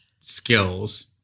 skills